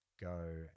go